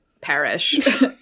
perish